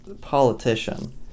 politician